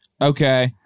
Okay